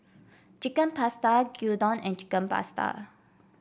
Chicken Pasta Gyudon and Chicken Pasta